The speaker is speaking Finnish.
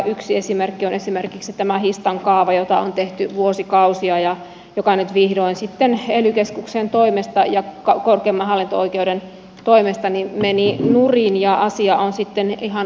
yksi esimerkki on tämä histan kaava jota on tehty vuosikausia ja joka nyt vihdoin sitten ely keskuksen toimesta ja korkeimman hallinto oikeuden toimesta meni nurin ja asia on sitten ihan alkutekijöissä